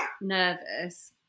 nervous